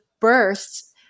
bursts